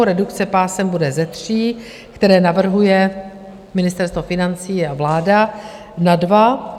Redukce pásem bude ze tří, které navrhuje Ministerstvo financí a vláda, na dvě.